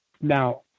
now